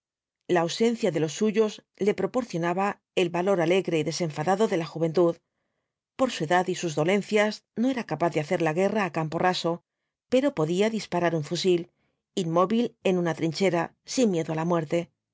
la ausencia de los suyos le proporcionaba el valor alegre y desenfadado de la juventud por su edad y sus dolencias no era capaz de hacer la guerra á campo raso pero podía disparar un fusil inmóvil en una trinchera sin miedo á la muerte